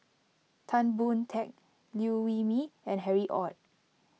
Tan Boon Teik Liew Wee Mee and Harry Ord